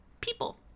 people